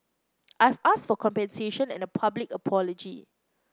I've asked for compensation and a public apology